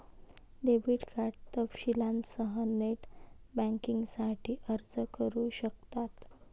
debit card तपशीलांसह net बँकिंगसाठी अर्ज करू शकतात